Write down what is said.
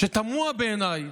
שתמוה בעיניי,